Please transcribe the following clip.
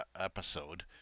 episode